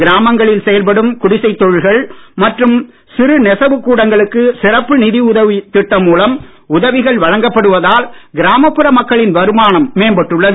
கிராமங்களில் செயல்படும் குடிசைத் தொழில்கள் மற்றும் சிறு நெசவு கூடங்களுக்கு சிறப்பு நிதி உதவி திட்டம் மூலம் உதவிகள் வழங்கப்படுவதால் கிராமப்புற மக்களின் வருமானம் மேம்பட்டுள்ளது